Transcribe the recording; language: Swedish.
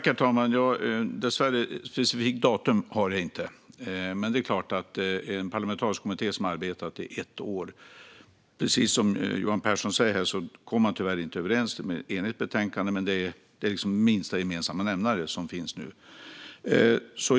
Herr talman! Dessvärre har jag inget specifikt datum för det. Den parlamentariska kommittén har arbetat i ett år, och precis som Johan Pehrson säger kom man tyvärr inte överens om ett enigt betänkande. Det är liksom minsta gemensamma nämnare som finns nu.